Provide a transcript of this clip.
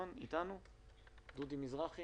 אולם משרד הבריאות החליט שגני ילדים לא יחלו בפעימה